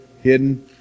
Hidden